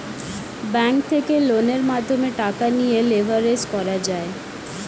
bank থেকে লোনের মাধ্যমে টাকা নিয়ে লেভারেজ করা যায়